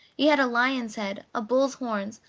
he had a lion's head, a bull's horns,